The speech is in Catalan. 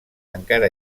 encara